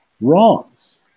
wrongs